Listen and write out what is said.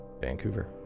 Vancouver